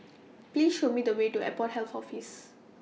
Please Show Me The Way to Airport Health Office